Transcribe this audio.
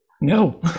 No